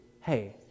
Hey